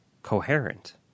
coherent